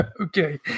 Okay